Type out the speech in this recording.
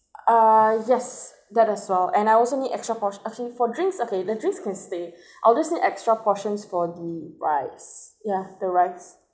uh yes that as well and I also need extra por~ a few for drinks okay the drinks can stay I'll just need extra portions for the rice yeah the rice